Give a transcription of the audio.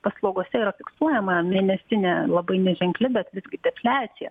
paslaugose yra fiksuojama mėnesinė labai neženkli bet visgi defliacija